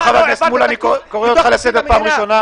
חבר הכנסת מולא, אני קורא אותך לסדר בפעם הראשונה.